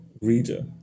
reader